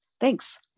thanks